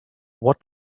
what